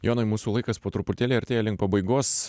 jonui mūsų laikas po truputėlį artėja link pabaigos